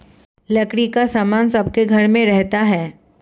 लकड़ी का सामान सबके घर में रहता है